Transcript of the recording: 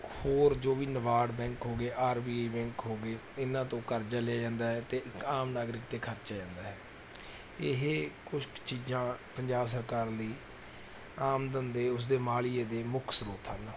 ਹੋਰ ਜੋ ਵੀ ਨਬਾਰਡ ਬੈਂਕ ਹੋ ਗਏ ਆਰ ਬੀ ਆਈ ਬੈਂਕ ਹੋ ਗਏ ਇਹਨਾਂ ਤੋਂ ਕਰਜ਼ਾ ਲਿਆ ਜਾਂਦਾ ਹੈ ਅਤੇ ਇੱਕ ਆਮ ਨਾਗਰਿਕ 'ਤੇ ਖਰਚਿਆ ਜਾਂਦਾ ਹੈ ਇਹ ਕੁਛ ਕੁ ਚੀਜ਼ਾਂ ਪੰਜਾਬ ਸਰਕਾਰ ਲਈ ਆਮਦਨ ਦੇ ਉਸਦੇ ਮਾਲੀਏ ਦੇ ਮੁੱਖ ਸਰੋਤ ਹਨ